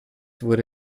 wurde